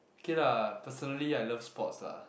K lah personally I love sport lah